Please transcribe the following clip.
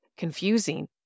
Confusing